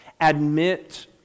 admit